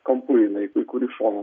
kampu jinai į kurį šoną